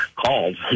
called